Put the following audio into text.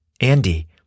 Andy